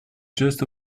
just